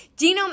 genome